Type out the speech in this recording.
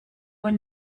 were